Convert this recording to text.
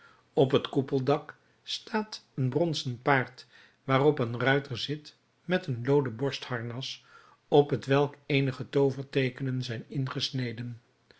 op het koepeldak staat een bronzen paard waarop een ruiter zit met een looden borstharnas op hetwelk eenige tooverteekenen zijn ingesneden